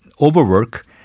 overwork